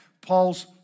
Paul's